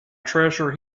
treasure